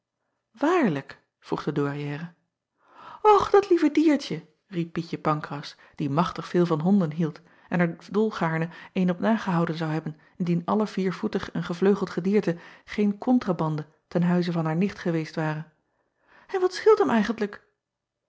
aarlijk vroeg de ouairière ch dat lieve diertje riep ietje ancras die machtig veel van honden hield en er dol gaarne een op nagehouden zou hebben indien alle viervoetig en gevleugeld gedierte geen kontrabande ten huize van haar nicht geweest ware en wat scheelt hem eigentlijk